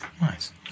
Nice